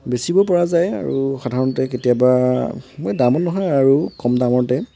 বেচিব পৰা যায় আৰু সাধাৰণতে কেতিয়াবা ইমান দামো নহয় আৰু কম দামতে